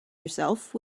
yourself